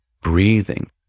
breathing